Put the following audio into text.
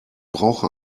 brauche